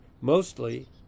Mostly